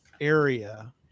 area